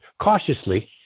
cautiously